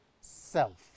self